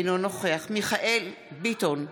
אינו נוכח מיכאל מרדכי ביטון,